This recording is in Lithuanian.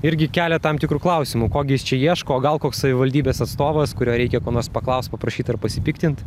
irgi kelia tam tikrų klausimų ko gi jis čia ieško o gal koks savivaldybės atstovas kurio reikia ko nors paklaust paprašyt ar pasipiktint